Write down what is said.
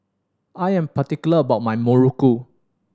I am particular about my muruku